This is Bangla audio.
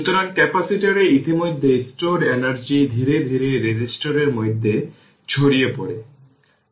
সুতরাং ক্যাপাসিটরে ইতিমধ্যে স্টোরড এনার্জি ধীরে ধীরে রেজিস্টর এর মধ্যে ছড়িয়ে পড়ে